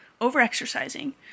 over-exercising